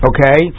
Okay